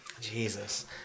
Jesus